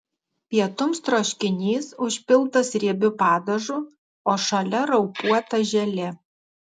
pietums troškinys užpiltas riebiu padažu o šalia raupuota želė